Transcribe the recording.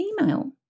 email